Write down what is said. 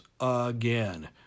again